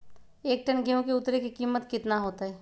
एक टन गेंहू के उतरे के कीमत कितना होतई?